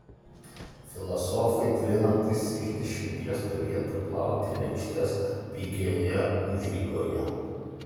filosofai dvi naktis iš dešimties turėtų plauti lėkštes pigioje užeigoje